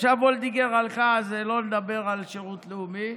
עכשיו וולדיגר הלכה, אז לא נדבר על שירות לאומי.